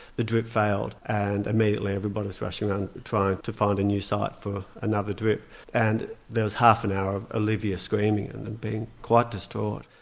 the drip failed and immediately everybody is rushing around trying to find a new site for another drip and there was half an hour of olivia screaming and and being quite distraught.